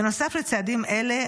בנוסף לצעדים אלה,